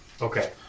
Okay